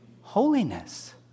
holiness